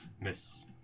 Miss